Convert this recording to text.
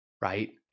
right